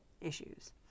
issues